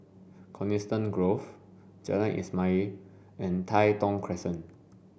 Coniston Grove Jalan Ismail and Tai Thong Crescent